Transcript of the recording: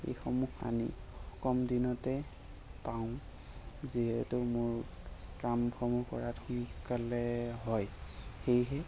এইসমূহ আনি কম দিনতে পাওঁ যিহেতু মোৰ কামসমূহ কৰাত সোনকালে হয় সেয়েহে